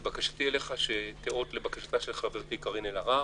בקשתי אליך היא שתיאות לבקשת חברתי קארין אלהרר.